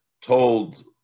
told